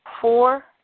four